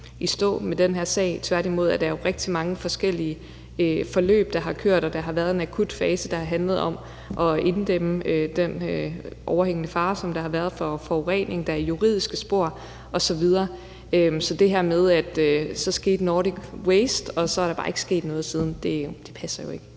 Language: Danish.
i stå i den her sag. Tværtimod er der jo rigtig mange forskellige forløb, der har kørt. Der har været en akut fase, der har handlet om at inddæmme i forhold til den overhængende fare, der har været for forurening, og der er juridiske spor osv. Så det her med, at der skete det med Nordic Waste, og at der så bare ikke er sket noget siden, passer jo ikke.